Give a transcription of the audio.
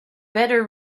better